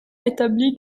établi